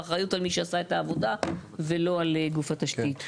האחריות היא על מי שעשה את העבודה ולא על גוף התשתית.